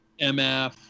MF